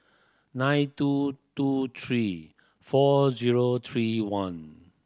nine two two three four zero three one